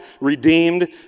redeemed